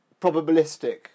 probabilistic